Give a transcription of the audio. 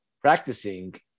practicing